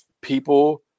people